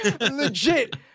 legit